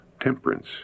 temperance